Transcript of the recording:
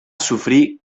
sofrir